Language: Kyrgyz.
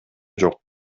жок